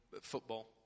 football